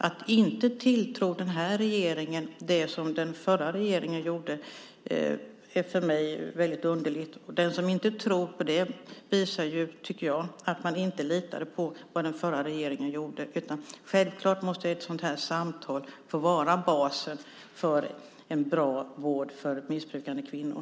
Att inte tilltro den här regeringen det som den förra regeringen gjorde är för mig väldigt underligt. Det tycker jag visar att man inte litade på vad den förra regeringen gjorde. Självklart måste ett sådant här samtal få vara basen för en bra vård för missbrukande kvinnor.